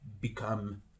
become